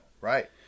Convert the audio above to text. right